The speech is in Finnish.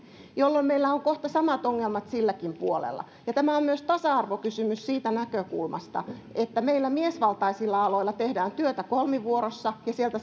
jolloin meillä on kohta samat ongelmat silläkin puolella tämä on myös tasa arvokysymys siitä näkökulmasta että meillä miesvaltaisilla aloilla tehdään työtä kolmivuorossa ja sieltä